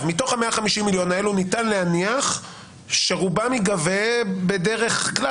מתוך 150,000,000 האלו ניתן להניח שרובם ייגבה בדרך כלל